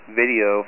video